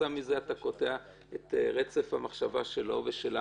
כתוצאה מזה אתה קוטע את רצף המחשבה שלו ושלנו,